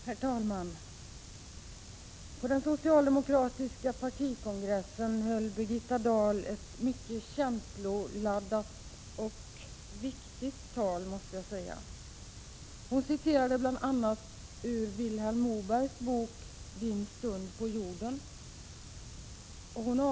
Herr talman! På den socialdemokratiska partikongressen höll Birgitta Dahl ett mycket känsloladdat och viktigt tal, måste jag säga. Hon citerade bl.a. ur Vilhelm Mobergs bok Din stund på jorden.